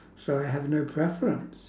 so I have no preference